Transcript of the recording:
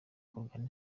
kugana